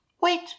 wait